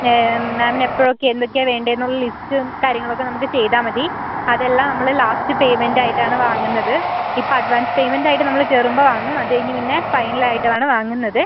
മാമിന് എപ്പഴൊക്കെ എന്തൊക്കെയാ വേണ്ടേന്ന് ഉള്ള ലിസ്റ്റ് കാര്യങ്ങൾ ഒക്കെ നമുക്ക് ചെയ്താമതി അത് എല്ലാം നമ്മള് ലാസ്റ്റ് പേയ്മെൻറ്റ് ആയിട്ട് ആണ് വാങ്ങുന്നത് ഇപ്പോ അഡ്വാൻസ് പേയ്മെൻറ്റ് ആയിട്ട് നമ്മള് കയറുമ്പോൾ വാങ്ങും അത് കഴിഞ്ഞ് പിന്നെ ഫൈനൽ ആയിട്ടും ആണ് വാങ്ങുന്നത്